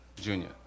Junior